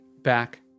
back